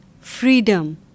freedom